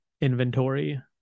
inventory